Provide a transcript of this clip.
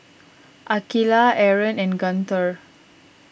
Aqilah Aaron and Guntur